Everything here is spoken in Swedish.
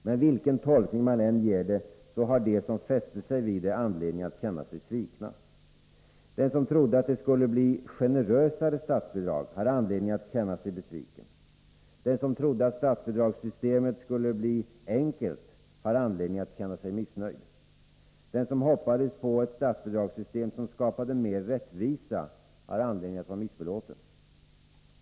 Men vilken tolkning man än ger det, har de som fäste sig vid det anledning att känna sig svikna. Den som trodde att det skulle bli generösare statsbidrag har anledning att känna sig besviken. Den som trodde att statsbidragssystemet skulle bli enkelt har anledning att känna sig missnöjd. Den som hoppades på ett bidragssystem som skapade mer rättvisa har anledning att vara missbelåten.